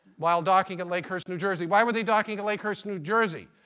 while docking in lakehurst, new jersey. why were they docking in lakehurst, new jersey?